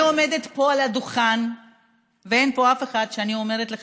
אני עומדת פה על הדוכן ואין פה אף אחד כשאני אומרת לך